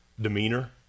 demeanor